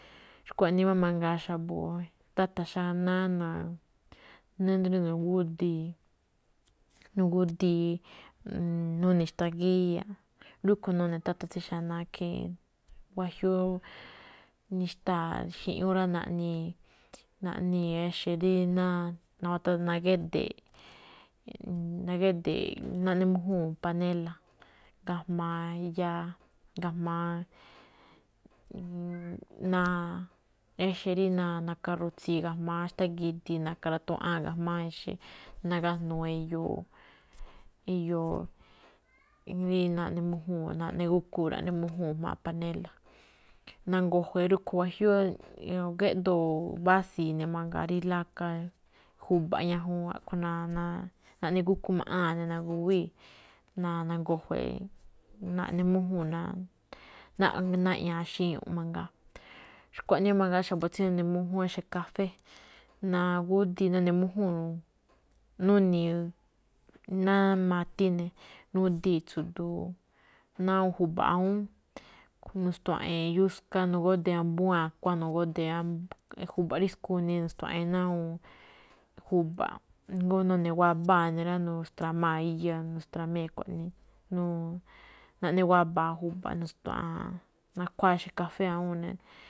Xkuaꞌnii máꞌ mangaa xa̱bo̱ táta̱ xanáá-ná, ído̱ rí na̱gúdii̱, na̱gúdii̱ nuni̱i̱ xtagíya̱ꞌ, rúꞌkhue̱n nune̱ táta̱ tsí xanáá ikhiin. Wajiúú nixtáa xi̱ꞌñúꞌ rá, naꞌnii̱, naꞌnii̱ exe̱ rí ná nagéde̱e̱ꞌ, nagéde̱e̱ꞌ naꞌne mújúu̱n panéla̱ ga̱jma̱á yáá, ga̱jma̱á ná exe̱ rí na̱-naka̱ ru̱tsii̱ ga̱jma̱á xtángidi na̱ka̱ ratuaꞌán ga̱jma̱á ixe̱, nagájnuu eyoo, eyoo rí naꞌne mújúu̱n naꞌne gukuu̱ raꞌne mújúu̱n jmáa̱ panéla̱. Na̱ngujuwe̱e̱ rúꞌkhue̱n wajiúú, géꞌdoo̱ bási̱i̱ ne̱ mangaa rí laka, ju̱ba̱ꞌ ñajuun a̱ꞌkhue̱n na naꞌne gúkú maꞌáa̱n na̱gu̱wíi̱, na̱-nangu̱juwe̱e̱ naꞌne mújúu̱n ná, naꞌña̱a̱ xíñu̱ꞌ mangaa. Xkuaꞌnii máꞌ mangaa xa̱bo̱ tsí nune̱ mújúún ixe̱ kafée, nagúdii̱ nune̱ mújúu̱n, nuni̱i̱ ná ma̱tine̱, nudii̱ tsu̱du̱u̱ ná awúun ju̱ba̱ꞌ awúún, a̱ꞌkhue̱n nu̱stua̱ꞌe̱e̱n yuska na̱gúdee̱ ambúún a̱kuáan na̱gúdee̱ ambá ju̱ba̱ꞌ rí skuni nu̱stua̱ꞌe̱e̱n ná awúun ju̱ba̱ꞌ, jngó nune̱ wabáa̱ ne̱ rá nu̱stra̱maa iya, nustra̱mee̱ xkuaꞌnii naꞌne waba̱a̱ ju̱ba̱ꞌ nu̱stua̱ꞌa̱a̱n nakhuáa ixe̱ kafée awúun ne̱.